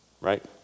Right